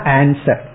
answer